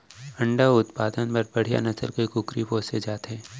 अंडा उत्पादन बर बड़िहा नसल के कुकरी पोसे जाथे